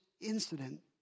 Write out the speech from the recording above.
incident